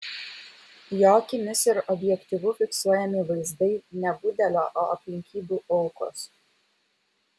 jo akimis ir objektyvu fiksuojami vaizdai ne budelio o aplinkybių aukos